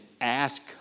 ask